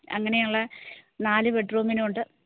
അങ്ങനെയുള്ള നാല് ബെഡ്റൂമിനും ഉണ്ട്